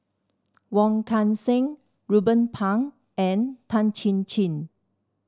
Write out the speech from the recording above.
Wong Kan Seng Ruben Pang and Tan Chin Chin